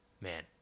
man